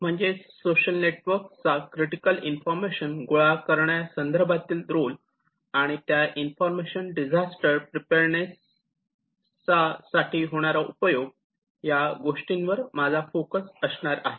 म्हणजेच social network चा critical information गोळा करण्यासंदर्भात रोल आणि त्या इन्फॉर्मेशन डिझास्टर प्रीपेअर्डनेस चा साठी होणारा उपयोग या गोष्टींवर माझा फोकस असणार आहे